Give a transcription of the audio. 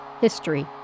History